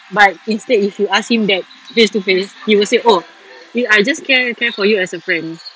but instead if you ask him that face to face he will say oh I just care care for you as a friend